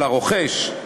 על הרוכש,